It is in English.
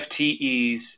FTEs